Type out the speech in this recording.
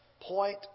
Point